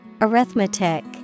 Arithmetic